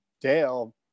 Dale